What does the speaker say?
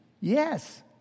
Yes